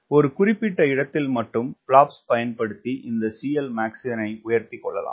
ஒரு குறிப்பிட்ட இடத்தில் மட்டும் பிளாப்ஸ் பயன்படுத்தி இந்த CLmax தனை உயர்த்திக்கொள்ளலாம்